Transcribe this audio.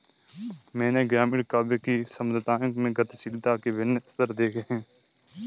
मैंने ग्रामीण काव्य कि समुदायों में गतिशीलता के विभिन्न स्तर देखे हैं